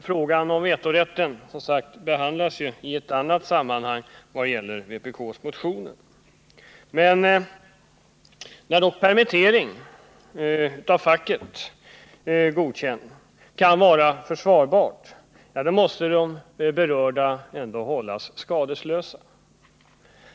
Frågan om vetorätten behandlas, som sagt, i annat sammanhang vad gäller vpk:s motioner. När permittering av facket godkänts som försvarbar måste de berörda ändå hållas skadeslösa.